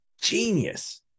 genius